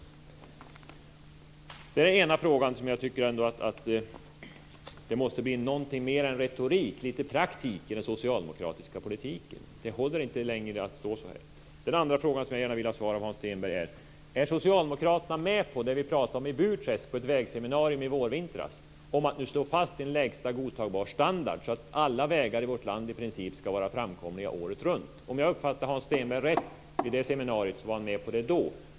Detta är den ena frågan där jag tycker att det måste bli mer än retorik. Det måste bli lite praktik i den socialdemokratiska politiken. Det håller inte längre att göra så här. Den andra frågan som jag gärna vill ha svar på från Hans Stenberg är: Är socialdemokraterna med på det som vi talade om i Burträsk på ett vägseminarium i vårvintras, nämligen att man ska slå fast en lägsta godtagbar standard så att alla vägar i vårt land i princip ska vara framkomliga året runt? Om jag uppfattade Hans Stenberg rätt vid detta seminarium så var han med på det då.